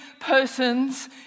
person's